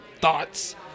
thoughts